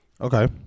okay